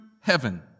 heaven